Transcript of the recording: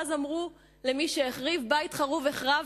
ואז אמרו למי שהחריב: "בית חרוב החרבת",